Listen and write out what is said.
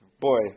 Boy